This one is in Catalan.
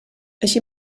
així